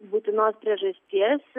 būtinos priežasties